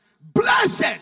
blessed